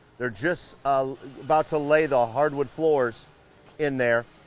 they're just ah about to lay the hardwood floors in there.